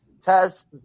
test